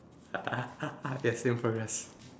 yes same for us